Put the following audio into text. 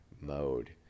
mode